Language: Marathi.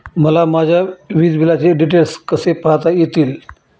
मला माझ्या वीजबिलाचे डिटेल्स कसे पाहता येतील?